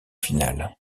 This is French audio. finale